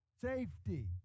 safety